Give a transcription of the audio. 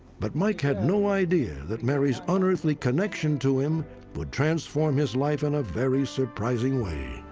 but mike had no idea that mary's unearthly connection to him would transform his life in a very surprising way.